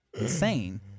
insane